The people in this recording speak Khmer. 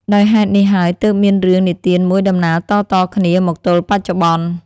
ដោយហេតុនេះហើយទើបមានរឿងនិទានមួយដំណាលតៗគ្នា មកទល់បច្ចុប្បន្ន ។